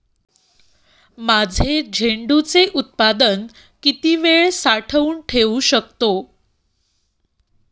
माझे झेंडूचे उत्पादन किती वेळ साठवून ठेवू शकतो?